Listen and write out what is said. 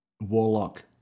Warlock